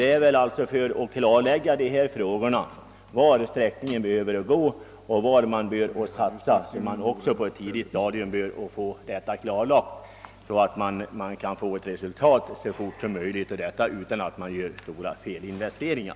Det är viktigt att i tid klarlägga vilken sträckning denna mellanriksväg bör få och var man skall satsa, så att det blir ett resultat så snart som möjligt utan stora felinvesteringar.